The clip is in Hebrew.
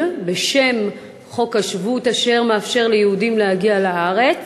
בשם חוק השבות אשר מאפשר ליהודים להגיע לארץ.